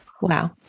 Wow